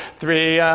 three.